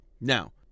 Now